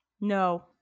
No